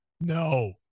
No